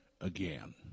again